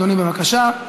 אדוני, בבקשה.